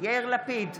יאיר לפיד,